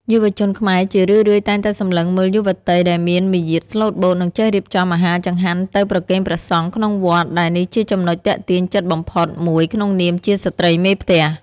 យុវជនខ្មែរជារឿយៗតែងតែសម្លឹងមើលយុវតីដែលមានមារយាទស្លូតបូត និងចេះរៀបចំអាហារចង្ហាន់ទៅប្រគេនព្រះសង្ឃក្នុងវត្ត ដែលនេះជាចំណុចទាក់ទាញចិត្តបំផុតមួយក្នុងនាមជាស្ត្រីមេផ្ទះ។